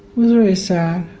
was very sad,